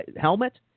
helmet